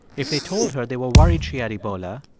if they told her they were worried she had ebola,